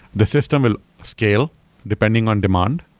the system will scale depending on demand.